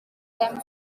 them